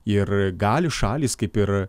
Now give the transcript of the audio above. ir gali šalys kaip ir